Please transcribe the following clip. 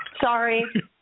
Sorry